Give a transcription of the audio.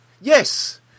Yes